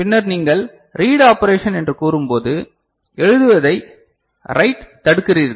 பின்னர் நீங்கள் read operation என்று கூறும்போது எழுதுவதைத் ரைட் தடுக்கிறீர்கள்